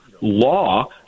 law